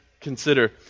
Consider